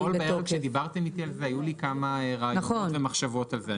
אתמול בערב כשדיברתם איתי על זה היו לי כמה רעיונות ומחשבות על זה.